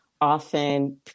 often